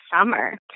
summer